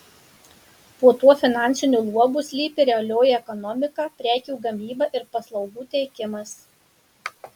po tuo finansiniu luobu slypi realioji ekonomika prekių gamyba ir paslaugų teikimas